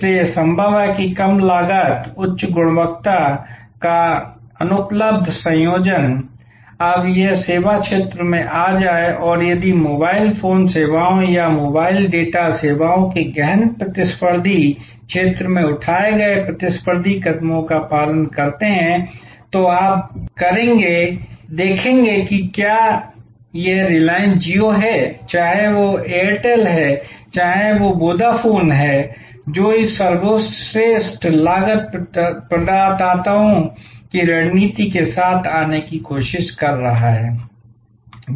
इसलिए यह संभव है कि कम लागत उच्च गुणवत्ता का अनुपलब्ध संयोजन और यह अब सेवा क्षेत्र में आ जाए और यदि आप मोबाइल फोन सेवाओं या मोबाइल डेटा सेवाओं के गहन प्रतिस्पर्धी क्षेत्र में उठाए गए प्रतिस्पर्धी कदमों का पालन करते हैं तो आप करेंगे देखें कि क्या यह रिलायंस जियो है चाहे वह एयरटेल है चाहे वह वोडाफोन है जो इस सर्वश्रेष्ठ लागत प्रदाताओं की रणनीति के साथ आने की कोशिश कर रहा है